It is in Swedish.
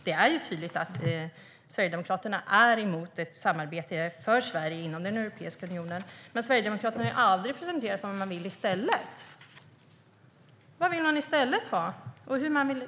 Det är tydligt att Sverigedemokraterna är emot ett samarbete för Sverige inom Europeiska unionen. Men Sverigedemokraterna har aldrig presenterat vad man vill i stället. Vad vill man ha i stället?